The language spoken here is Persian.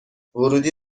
ورودی